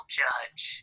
judge